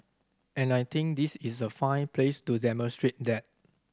and I think this is a fine place to demonstrate that